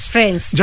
Friends